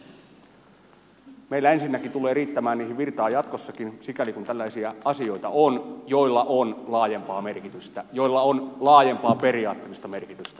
meillä ensinnäkin tulee riittämään niihin virtaa jatkossakin sikäli kun on tällaisia asioita joilla on laajempaa merkitystä joilla on laajempaa periaatteellista merkitystä